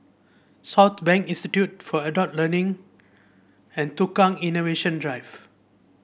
Southbank Institute for Adult Learning and Tukang Innovation Drive